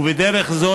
ובדרך זו,